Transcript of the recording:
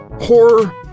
horror